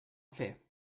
fer